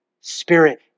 Spirit